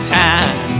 time